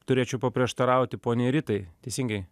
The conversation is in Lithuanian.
turėčiau paprieštarauti poniai ritai teisingai